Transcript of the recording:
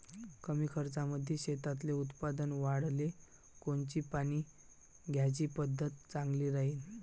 कमी खर्चामंदी शेतातलं उत्पादन वाढाले कोनची पानी द्याची पद्धत चांगली राहीन?